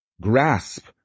grasp